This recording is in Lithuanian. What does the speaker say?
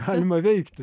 galima veikti